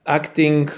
acting